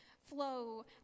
flow